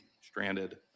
stranded